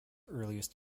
earliest